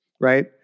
right